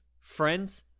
friends